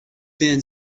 been